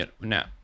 Now